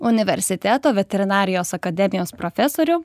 universiteto veterinarijos akademijos profesoriu